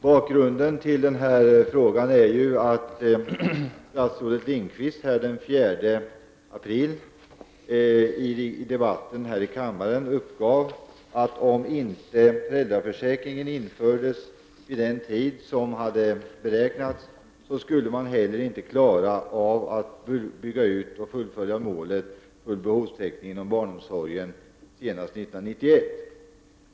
Bakgrunden till denna fråga är att statsrådet Lindqvist i debatten här i kammaren den 4 april uppgav att om inte förändringen av föräldraförsäkringen gemomfördes vid den tid som hade beräknats, skulle man heller inte klara av att nå målet full behovstäckning senast år 1991.